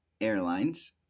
Airlines